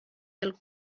del